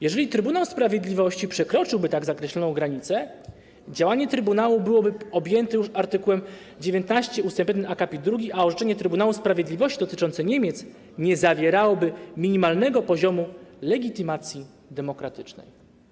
Jeżeli Trybunał Sprawiedliwości przekroczyłby tak zakreśloną granicę, działanie trybunału byłoby objęte już art. 19 ust. 1 akapit 2, a orzeczenie Trybunału Sprawiedliwości dotyczące Niemiec nie zawierałoby minimalnego poziomu legitymacji demokratycznej.